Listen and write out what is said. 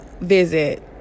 visit